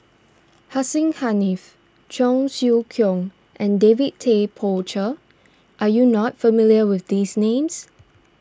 Hussein Haniff Cheong Siew Keong and David Tay Poey Cher are you not familiar with these names